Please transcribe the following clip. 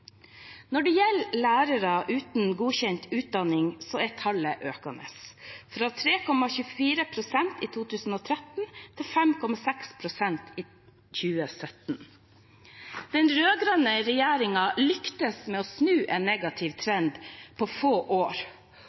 Når det gjelder lærere uten godkjent utdanning, er tallet økende, fra 3,24 pst. i 2013 til 5,6 pst. i 2017. Den rød-grønne regjeringen lyktes med å snu en negativ trend på få år